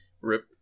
Rip